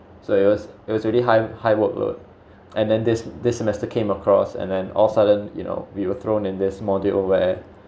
so it was it was really high high workload and then there's this semester came across and then all sudden you know we were thrown in this module where